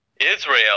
Israel